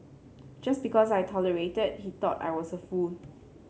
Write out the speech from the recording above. just because I tolerated he thought I was a fool